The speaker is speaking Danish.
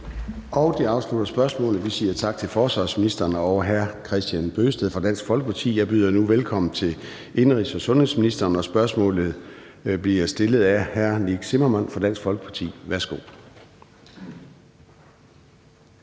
Det afslutter spørgsmålet. Vi siger tak til forsvarsministeren og hr. Kristian Bøgsted fra Danmarksdemokraterne. Jeg byder nu velkommen til indenrigs- og sundhedsministeren, og spørgsmålet bliver stillet af hr. Nick Zimmermann fra Dansk Folkeparti. Kl.